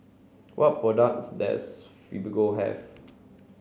what products does Fibogel have